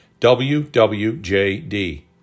WWJD